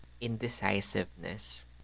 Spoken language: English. indecisiveness